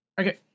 Okay